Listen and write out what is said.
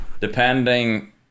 depending